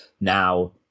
Now